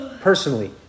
personally